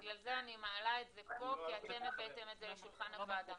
בגלל זה אני מעלה את זה פה כי אתם הבאתם את זה לשולחן הוועדה.